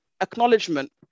acknowledgement